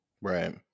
right